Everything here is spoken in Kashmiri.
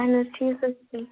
اَہَن حظ ٹھیٖک حظ چھُ تیٚلہِ